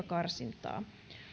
karsintaa